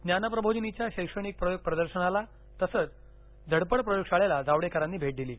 ज्ञानप्रबोधिनीच्या शैक्षणिक प्रयोग प्रदर्शनाला तसंच धडपड प्रयोगशाळेला जावडेकरांनी भेट दिली